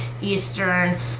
eastern